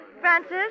Francis